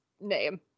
name